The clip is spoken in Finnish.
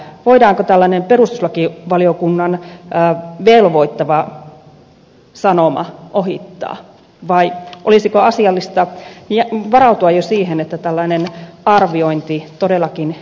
voidaanko tällainen perustuslakivaliokunnan velvoittava sanoma ohittaa vai olisiko asiallista varautua jo siihen että tällainen arviointi todellakin tehtäisiin